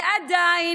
ועדיין,